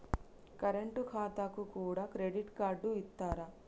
Current ఖాతాకు కూడా credit card ఇత్తరా?